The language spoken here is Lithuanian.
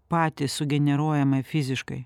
patys sugeneruojama fiziškai